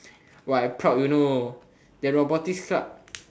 but I'm proud you know that robotics club